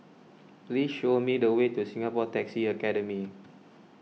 please show me the way to Singapore Taxi Academy